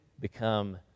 become